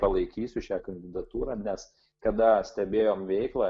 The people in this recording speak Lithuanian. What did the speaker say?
palaikysiu šią kandidatūrą nes kada stebėjom veiklą